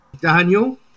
Daniel